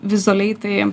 vizualiai tai